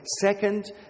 Second